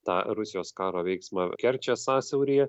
tą rusijos karo veiksmą kerčės sąsiauryje